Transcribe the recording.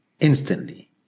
instantly